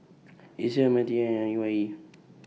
ISEAS M T I and A Y E